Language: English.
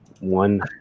One